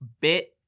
bit